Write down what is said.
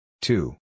Two